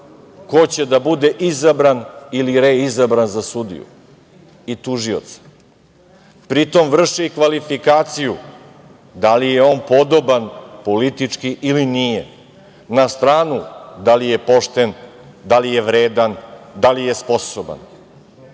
ko će da bude izabran ili reizabran za sudiju i tužioca. Pritom vrši kvalifikaciju da li je on podoban politički ili nije. Na stranu da li je pošten, da li je vredan, da li je sposoban. Bivši